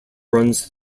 runs